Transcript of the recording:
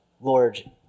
Lord